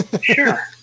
Sure